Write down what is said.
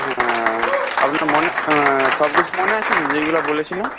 হ্যাঁ আপনার মনে সব কিছু মনে আছে তো যেগুলো বলেছিলাম